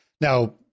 Now